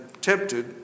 tempted